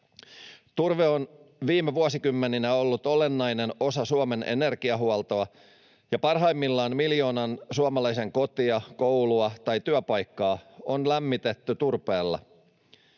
Turve on viime vuosikymmeninä ollut olennainen osa Suomen energiahuoltoa, ja parhaimmillaan miljoonan suomalaisen kotia, koulua tai työpaikkaa on lämmitetty turpeella.